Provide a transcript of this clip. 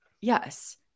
Yes